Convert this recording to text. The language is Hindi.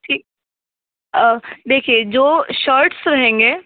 ठीक देखिए जो शर्ट्स रहेंगे